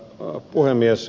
arvoisa puhemies